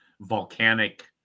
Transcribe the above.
volcanic